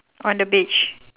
on the beach